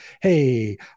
hey